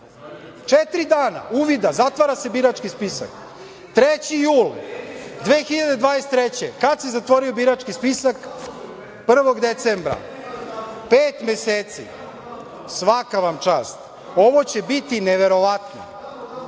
dana uvida, zatvara se birački spisak, 3. jul 2023. godine, kad se zatvorio birački spisak? Prvog decembra. Pet meseci. Svaka vam čast. Ovo će biti neverovatno. Ja